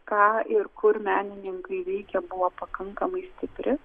ką ir kur menininkai veikia buvo pakankamai stipri